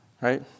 right